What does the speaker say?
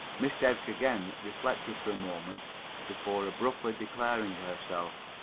miss derrick again reflected for a moment before abruptly declaring herself.